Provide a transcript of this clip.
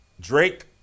Drake